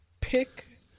pick